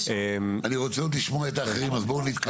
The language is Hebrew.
אני רוצה לשמוע גם אחרים, בואו נתקדם.